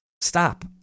Stop